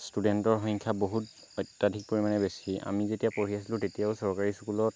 ষ্টুডেণ্টৰ সংখ্য়া বহুত অত্য়াধিক পৰিমাণে বেছি আমি যেতিয়া পঢ়ি আছিলোঁ তেতিয়াও চৰকাৰী স্কুলত